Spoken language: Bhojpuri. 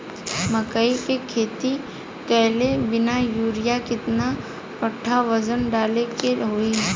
मकई के खेती कैले बनी यूरिया केतना कट्ठावजन डाले के होई?